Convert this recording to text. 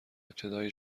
ابتدای